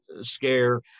scare